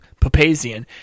Papazian